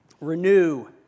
Renew